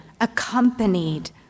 accompanied